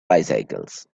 bicycles